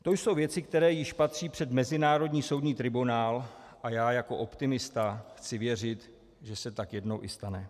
To jsou věci, které již patří před mezinárodní soudní tribunál, a já jako optimista chci věřit, že se tak jednou i stane.